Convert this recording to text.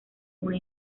una